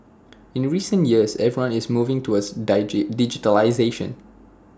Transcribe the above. in recent years everyone is moving towards digitisation